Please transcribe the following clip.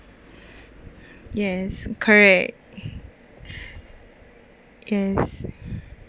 yes correct yes